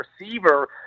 receiver